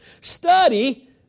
Study